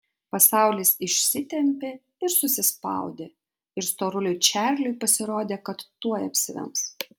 pasaulis išsitempė ir susispaudė ir storuliui čarliui pasirodė kad tuoj apsivems